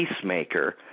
peacemaker